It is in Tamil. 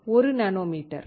1 நானோமீட்டர்